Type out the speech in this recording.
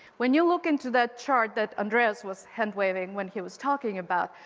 when you look into that chart that andreas was hand waving when he was talking about,